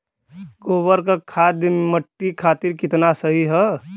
गोबर क खाद्य मट्टी खातिन कितना सही ह?